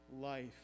life